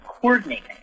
coordinating